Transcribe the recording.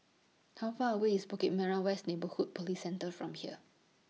How Far away IS Bukit Merah West Neighbourhood Police Centre from here